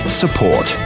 support